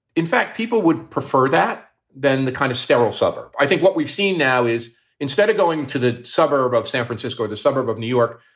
in fact, people would prefer that than the kind of sterile suburb. i think what we've seen now is instead of going to the suburb of san francisco, the suburb of new york,